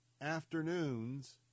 afternoons